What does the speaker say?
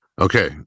Okay